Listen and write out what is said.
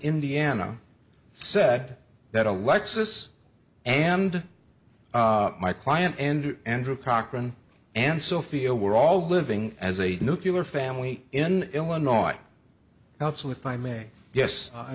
indiana said that alexis and my client and andrew cochrane and sophia we're all living as a nuclear family in illinois now so if i may yes